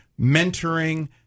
mentoring